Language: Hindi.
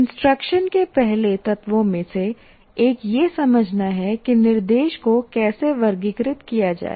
इंस्ट्रक्शन के पहले तत्वों में से एक यह समझना है कि निर्देश को कैसे वर्गीकृत किया जाए